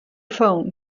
phone